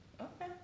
Okay